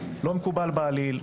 זה לא מקובל בעליל,